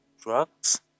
drugs